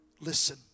listen